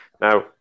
Now